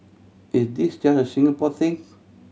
is this just a Singapore thing